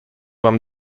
wam